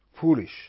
foolish